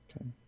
Okay